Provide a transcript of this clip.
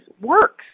works